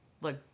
look